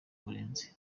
burenze